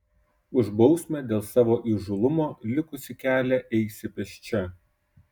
už bausmę dėl savo įžūlumo likusį kelią eisi pėsčia